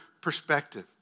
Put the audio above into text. perspective